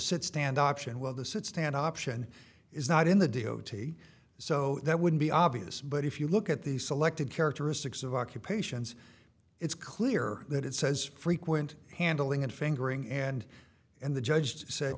sit stand option well the sit stand option is not in the d o t so that would be obvious but if you look at the selected characteristics of occupations it's clear that it says frequent handling and fingering and and the judge to say